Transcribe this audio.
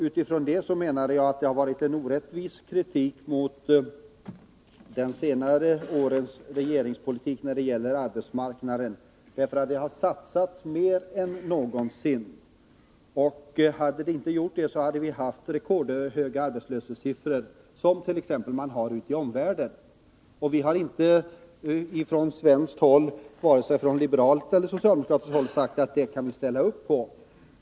Utifrån det menade jag att det har framförts en orättvis kritik mot de senare årens regeringspolitik vad gäller arbetsmarknaden. Det har ändå satsats mer än någonsin, och hade det inte skett, hade vi haft rekordhöga arbetslöshetssiffror, som man har ute i omvärlden. Vi har inte från svensk sida — vare sig från liberalt eller socialdemokratiskt håll — sagt att vi kan acceptera en sådan arbetslöshet.